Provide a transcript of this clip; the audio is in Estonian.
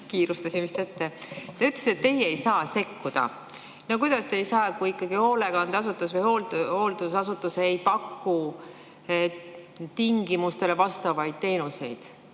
Kiirustasin vist ette. Te ütlesite, et teie ei saa sekkuda. No kuidas te ei saa, kui ikkagi hoolekandeasutus või hooldusasutus ei paku nõuetele vastavaid teenuseid!